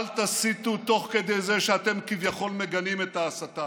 אל תסיתו תוך כדי זה שאתם כביכול מגנים את ההסתה.